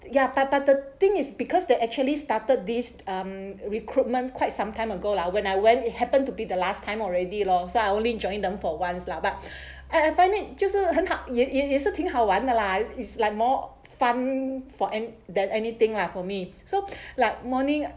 ya but but the thing is because they actually started this um recruitment quite some time ago lah when I went it happened to be the last time already lor so I only joined them for once lah but I I find it 就是很好也是挺好玩的 lah is like more fun for than anything lah for me so like morning